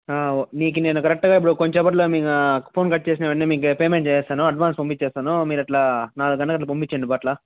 ఆ మీకు నేను కరెక్ట్గా ఇప్పుడు కొంచెం సేపట్లో ఆ ఫోన్ కట్ చేసిన వెంటనే పేమెంట్ చేస్తాను అడ్వాన్స్ పంపించేస్తాను మీరు అలా నాలుగు గంటలకి అలా పంపించెయ్యండి బావ అలా